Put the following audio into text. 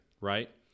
right